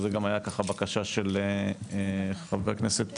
שזו גם הייתה הבקשה של חבר הכנסת